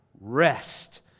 rest